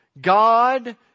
God